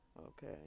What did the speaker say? Okay